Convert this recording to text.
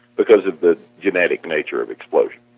because of the genetic nature of explosion.